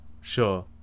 Sure